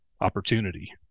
opportunity